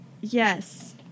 Yes